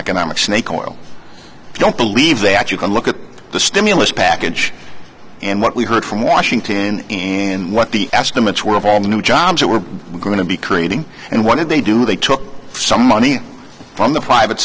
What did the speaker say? economic snake oil i don't believe that you can look at the stimulus package and what we heard from washington in what the estimates were of all the new jobs that we're going to be creating and what did they do they took some money from the